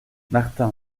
martin